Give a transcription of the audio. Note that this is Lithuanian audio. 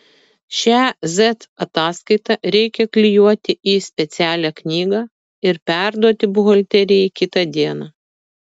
šią z ataskaitą reikia klijuoti į specialią knygą ir perduoti buhalterijai kitą dieną